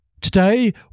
Today